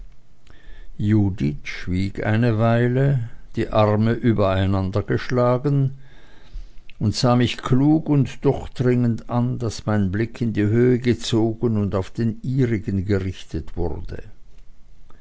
judith schwieg eine weile die arme übereinandergeschlagen und sah mich klug und durchdringend an daß mein blick in die höhe gezogen und auf den ihrigen gerichtet wurde